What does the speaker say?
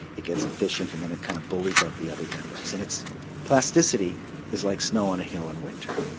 it gets efficient and then it kind of bullies out the other networks. and its plasticity is like snow on a hill in winter,